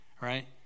right